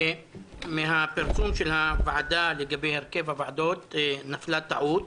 בפרסום של הוועדה לגבי הרכב הוועדות נפלה טעות.